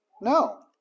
No